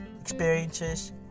experiences